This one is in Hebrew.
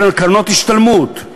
קרנות השתלמות,